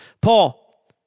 Paul